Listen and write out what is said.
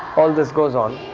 all this goes on.